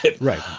Right